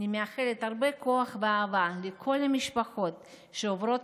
אני מאחלת הרבה כוח ואהבה לכל המשפחות שעוברות